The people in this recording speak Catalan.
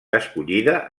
escollida